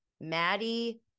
Maddie